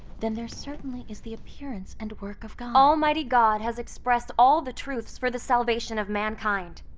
then there certainly is the appearance and work of god. almighty god has expressed all the truths for the salvation of mankind.